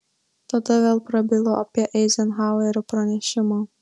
tada vėl prabilo apie eizenhauerio pranešimą